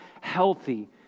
healthy